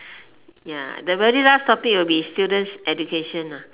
ya the very last topic will be students education